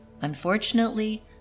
Unfortunately